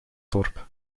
dorp